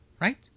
right